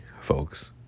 folks